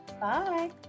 bye